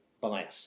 bias